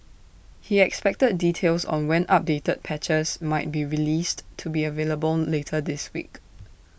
he expected details on when updated patches might be released to be available later this week